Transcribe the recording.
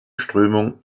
strömung